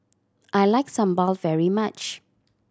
I like sambal very much